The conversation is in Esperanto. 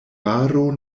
baro